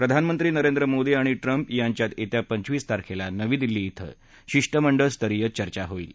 प्रधानमंत्री नरेंद्र मोदी आणि ट्रम्प यांच्यात येत्या पंचवीस तारखेला नवी दिल्ली इथं शिष्टमंडळ स्तरीय चर्चा होईल